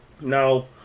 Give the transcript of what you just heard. Now